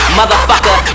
motherfucker